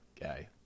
guy